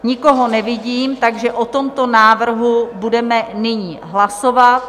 Nikoho nevidím, takže o tomto návrhu budeme nyní hlasovat.